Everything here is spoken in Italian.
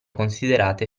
considerate